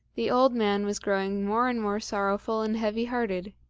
the old man was growing more and more sorrowful and heavy-hearted,